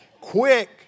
Quick